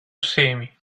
semi